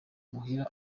muhira